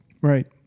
Right